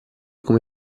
come